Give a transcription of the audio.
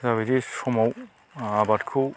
जाबायदि समाव आबादखौ